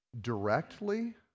directly